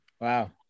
Wow